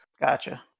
Gotcha